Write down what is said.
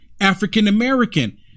African-American